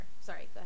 Sorry